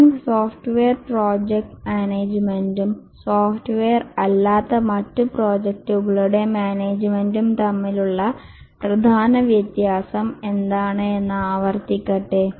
ഞാൻ software project മാനേജ്മെന്റും software അല്ലാത്ത മറ്റു പ്രോജക്റ്റുകളുടെ മാനേജ്മെന്റും തമ്മിലുള്ള പ്രധാന വ്യത്യാസം എന്താണ് എന്ന് ആവർത്തിക്കട്ടെ